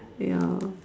ya